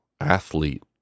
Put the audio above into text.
athlete